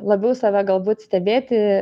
labiau save galbūt stebėti